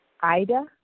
Ida